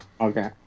Okay